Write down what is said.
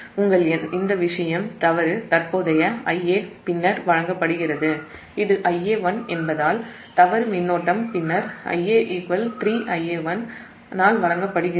எனவே நடப்பு தவறு உங்கள் இந்த விஷயம் தற்போதைய தவறு Ia பின்னர் வழங்கப்படுகிறது இது Ia1 என்பதால் தவறு மின்னோட்டம் Ia 3 Ia1 ஆல் பின்னர் வழங்கப்படுகிறது